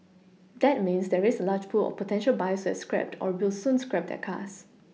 that means there is a large pool of potential buyers scrapped or will soon scrap their cars